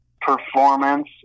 performance